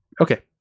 Okay